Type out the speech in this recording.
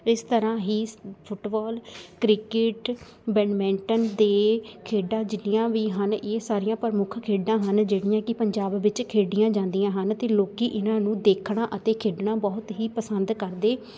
ਇਸ ਤਰ੍ਹਾਂ ਹੀ ਫੁਟਬੋਲ ਕ੍ਰਿਕਟ ਬੈਡਮਿੰਟਨ ਅਤੇ ਖੇਡਾਂ ਜਿੰਨੀਆਂ ਵੀ ਹਨ ਇਹ ਸਾਰੀਆਂ ਪ੍ਰਮੁੱਖ ਖੇਡਾਂ ਹਨ ਜਿਹੜੀਆਂ ਕਿ ਪੰਜਾਬ ਵਿੱਚ ਖੇਡੀਆਂ ਜਾਂਦੀਆਂ ਹਨ ਅਤੇ ਲੋਕ ਇਹਨਾਂ ਨੂੰ ਦੇਖਣਾ ਅਤੇ ਖੇਡਣਾ ਬਹੁਤ ਹੀ ਪਸੰਦ ਕਰਦੇ